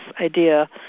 idea